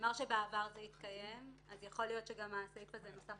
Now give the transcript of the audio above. נאמר שבעבר זה התקיים אז יכול להיות שגם הסעיף הזה נפתח